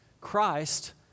Christ